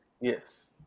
Yes